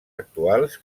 actuals